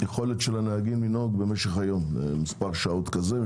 היכולת של הנהגים לנהוג במשך היום, מספר שעות כזה.